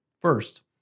First